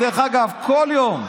דרך אגב, כל יום,